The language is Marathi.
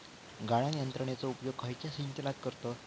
गाळण यंत्रनेचो उपयोग खयच्या सिंचनात करतत?